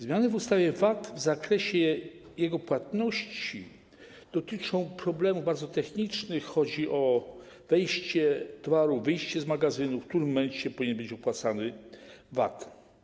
Zmiany w ustawie VAT w zakresie jego płatności dotyczą problemów bardzo technicznych, chodzi o wejście towaru, wyjście z magazynu, to, w którym momencie powinien być opłacany VAT.